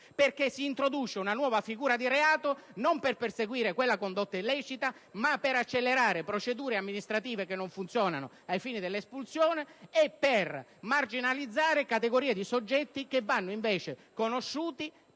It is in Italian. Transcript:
Si introduce infatti una nuova figura di reato non per perseguire quella condotta illecita, ma per accelerare procedure amministrative che non funzionano ai fini dell'espulsione e per marginalizzare categorie di soggetti che vanno invece conosciuti,